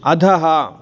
अधः